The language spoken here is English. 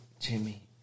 Jimmy